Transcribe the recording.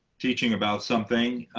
teaching about something.